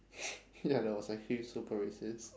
ya that was actually super racist